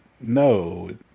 no